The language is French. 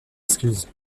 excuses